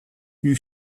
you